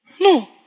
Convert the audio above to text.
No